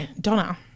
Donna